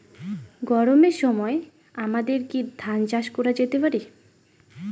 গরমের সময় আমাদের কি ধান চাষ করা যেতে পারি?